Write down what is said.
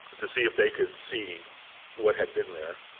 to see if they could see what had been there